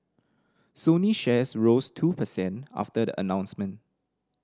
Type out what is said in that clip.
Sony shares rose two per cent after the announcement